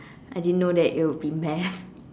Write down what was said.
I didn't know that it would be math